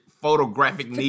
photographic